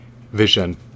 vision